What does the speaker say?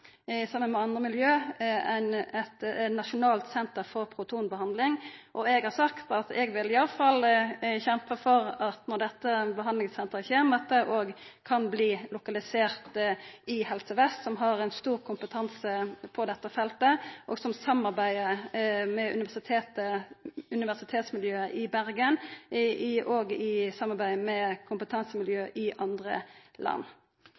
saman med andre miljø – eit nasjonalt senter for protonbehandling. Eg har sagt at eg vil iallfall kjempa for at når dette behandlingssenteret kjem, kan det verta lokalisert i Helse Vest som har stor kompetanse på dette feltet, og som samarbeider med universitetsmiljøet i Bergen i samarbeid med kompetansemiljø i andre land. Jeg håper de ansatte på Radiumhospitalet får med